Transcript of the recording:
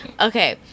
Okay